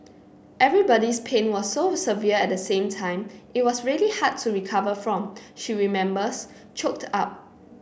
everybody's pain was so severe at the same time it was really hard to recover from she remembers choked up